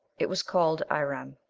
it was called irem.